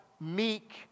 meek